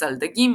מזל דגים,